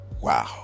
wow